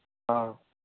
ꯑ